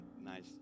nice